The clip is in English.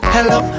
Hello